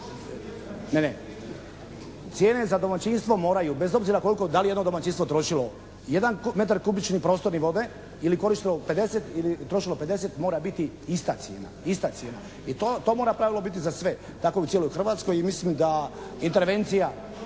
Cijene za domaćinstvo moraju, bez obzira koliko, da li jedno domaćinstvo trošilo 1 metar kubični prostorni vode ili koristilo 50 ili trošilo 50 mora biti ista cijena, ista cijena. I to, to mora pravilo biti za sve. Tako u cijeloj Hrvatskoj.